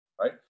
right